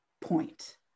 point